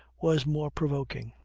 was more provoking.